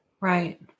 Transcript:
Right